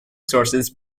sources